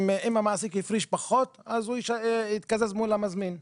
אם המעסיק הפריש פחות אז הוא יתקזז מול המזמין.